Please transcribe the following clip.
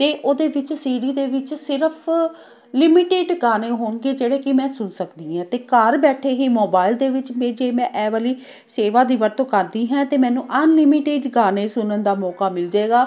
ਅਤੇ ਉਹਦੇ ਵਿੱਚ ਸੀ ਡੀ ਦੇ ਵਿੱਚ ਸਿਰਫ਼ ਲਿਮੀਟੇਡ ਗਾਣੇ ਹੋਣਗੇ ਜਿਹੜੇ ਕਿ ਮੈਂ ਸੁਣ ਸਕਦੀ ਹਾਂ ਅਤੇ ਘਰ ਬੈਠੇ ਹੀ ਮੋਬਾਈਲ ਦੇ ਵਿੱਚ ਫਿਰ ਜੇ ਮੈਂ ਇਹ ਵਾਲੀ ਸੇਵਾ ਦੀ ਵਰਤੋਂ ਕਰਦੀ ਹੈ ਤਾਂ ਮੈਨੂੰ ਅਨਲਿਮਿਟੇਡ ਗਾਣੇ ਸੁਣਨ ਦਾ ਮੌਕਾ ਮਿਲ ਜੇਗਾ